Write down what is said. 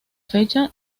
fecha